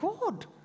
God